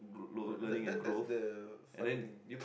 that that that's the fun thing